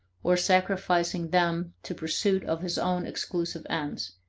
or sacrificing them to pursuit of his own exclusive ends,